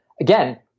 again